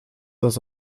das